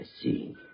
see